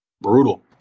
brutal